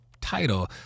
title